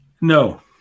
No